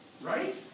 Right